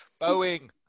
Boeing